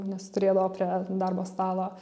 nes turėdavo prie darbo stalo